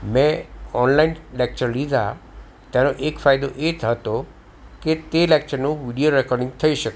મેં online lecture લીધા તેનો એક ફાયદો એ થતો કે તે લેકચરનો વિડીયો રેકોર્ડિંગ થઈ શકતું